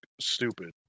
stupid